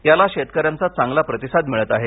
याला शेतकऱ्यांचा चांगला प्रतिसाद मिळत आहे